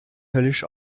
höllisch